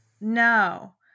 No